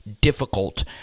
difficult